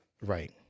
Right